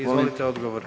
Izvolite odgovor.